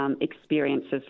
experiences